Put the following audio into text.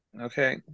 Okay